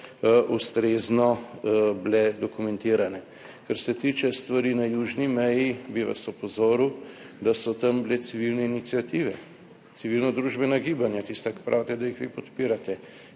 ustrezno bile dokumentirane. Kar se tiče stvari na južni meji, bi vas opozoril, da so tam bile civilne iniciative. Civilno družbena gibanja, tista, ki pravite, da jih vi podpirate